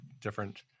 different